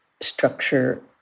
structure